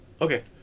Okay